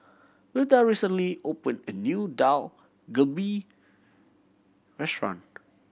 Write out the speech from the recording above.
Wilda recently opened a new Dak Galbi Restaurant